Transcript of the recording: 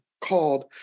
called